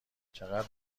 چقدر